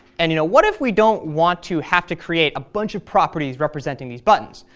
and you know what if we don't want to have to create a bunch of properties representing these buttons?